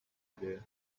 idea